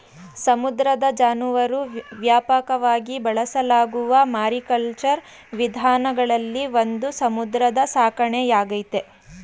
ಸಮುದ್ರ ಜಾನುವಾರು ವ್ಯಾಪಕವಾಗಿ ಬಳಸಲಾಗುವ ಮಾರಿಕಲ್ಚರ್ ವಿಧಾನಗಳಲ್ಲಿ ಒಂದು ಸಮುದ್ರ ಸಾಕಣೆಯಾಗೈತೆ